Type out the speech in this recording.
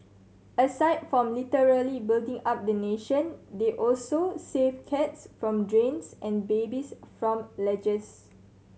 aside from literally building up the nation they also save cats from drains and babies from ledges